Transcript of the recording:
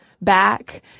back